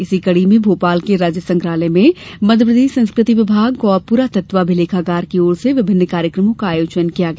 इसी कड़ी में भोपाल के राज्य संग्रहालय में मध्यप्रदेश संस्कृति विभाग और पुरातत्व अभिलेखागार की ओर से विभिन्न कार्यक्रमो का आयोजन किया गया